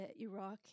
Iraq